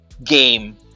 game